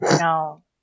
No